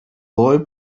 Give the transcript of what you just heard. boy